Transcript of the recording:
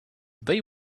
they